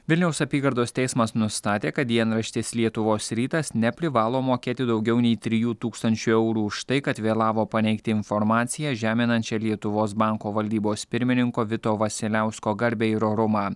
vilniaus apygardos teismas nustatė kad dienraštis lietuvos rytas neprivalo mokėti daugiau nei trijų tūkstančių eurų už tai kad vėlavo paneigti informaciją žeminančią lietuvos banko valdybos pirmininko vito vasiliausko garbę ir orumą